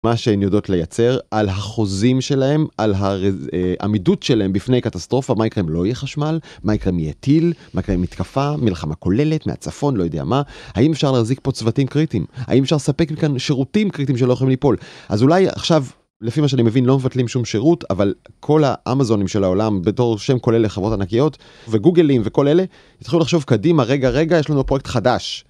מה שהן יודעות לייצר, על החוזים שלהם, על העמידות שלהם בפני קטסטרופה, מה יקרה אם לא יהיה חשמל, מה יקרה אם יהיה טיל, מה יקרה אם מתקפה, מלחמה כוללת מהצפון, לא יודע מה. האם אפשר להחזיק פה צוותים קריטיים, האם אפשר לספק מכאן שירותים קריטיים שלא יכולים ליפול. אז אולי עכשיו לפי מה שאני מבין לא מבטלים שום שירות, אבל כל האמזונים של העולם בתור שם כולל לחברות ענקיות, וגוגלים, וכל אלה, התחילו לחשוב קדימה, רגע רגע, יש לנו פרויקט חדש.